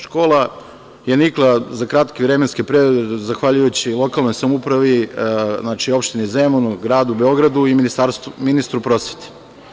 Škola je nikla za kratak vremenski period zahvaljujući lokalnoj samoupravi, znači opštini Zemun, gradu Beogradu i ministru prosvete.